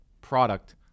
product